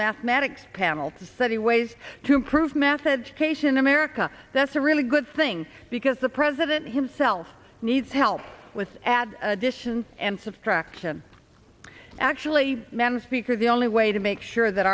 mathematics panel to study ways to improve methods cation america that's a really good thing because the president himself needs help with ad addition and subtraction actually men speaker the only way to make sure that